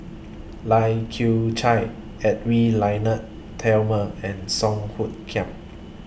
Lai Kew Chai Edwy Lyonet Talma and Song Hoot Kiam